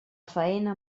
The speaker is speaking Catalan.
faena